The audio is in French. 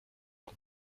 ans